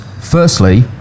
Firstly